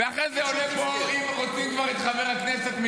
הוא היחיד שתפקד.